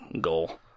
goal